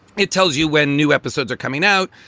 it tells you when new episodes are coming out.